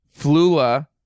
Flula